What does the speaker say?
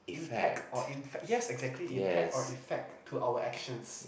impact or in fact yes exactly impact or effect to our actions